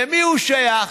למי הוא שייך?